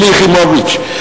שלי יחימוביץ,